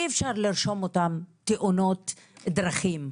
אי אפשר לרשום אותם תאונות דרכים,